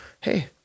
Hey